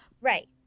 Right